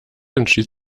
entschied